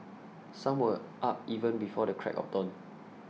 some were up even before the crack of dawn